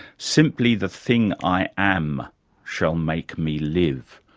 simply the thing i am shall make me live.